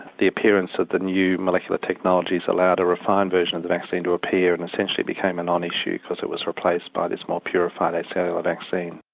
the appearance of the new molecular technologies allowed a refined version of the vaccine to appear and essentially became a non-issue because it was replaced by this more purified acellular vaccine.